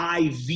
IV